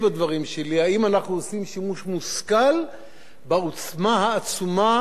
שימוש מושכל בעוצמה העצומה שאנחנו מקבלים לידינו?